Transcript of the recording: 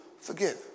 forgive